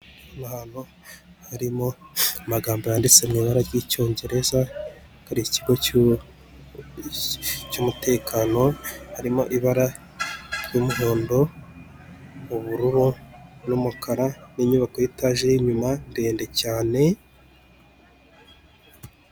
Ahantu harimo amagambo yanditse mu ibara ry'icyongereza hari ikigo cy'umutekano harimo ibara ry'umuhondo, ubururu n'umukara n'inyubako y'itage y'inyuma ndende cyane.